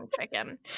chicken